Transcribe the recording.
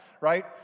right